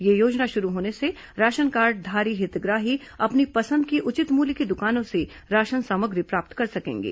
यह योजना शुरू होने से राशन कार्डधारी हितग्राही अपनी पसंद की उचित मूल्य की दुकानों से राशन सामग्री प्राप्त कर सकेंगे